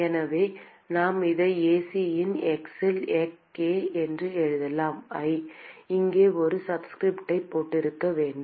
எனவே நாம் இதை ac இன் x இல் k என்று எழுதலாம் I இங்கே ஒரு சப்ஸ்கிரிப்டைப் போட்டிருக்க வேண்டும்